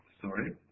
sorry